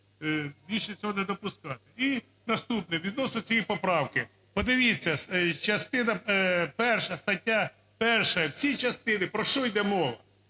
І, наступне, відносно цієї поправки, подивіться частина перша стаття 1. В цій частині про що йде мова?